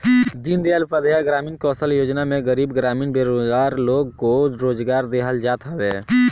दीनदयाल उपाध्याय ग्रामीण कौशल्य योजना में गरीब ग्रामीण बेरोजगार लोग को रोजगार देहल जात हवे